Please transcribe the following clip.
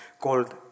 called